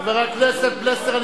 חבר הכנסת פלסנר,